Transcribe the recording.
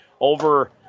over